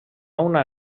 una